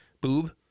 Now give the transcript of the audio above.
Boob